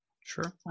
Sure